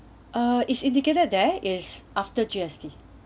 uh is indicated there is after G_S_T